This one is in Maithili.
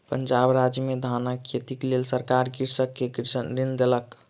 पंजाब राज्य में धानक खेतीक लेल सरकार कृषक के ऋण देलक